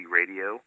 radio